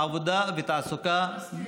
עבודה ותעסוקה, אני מסכים.